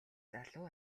залуу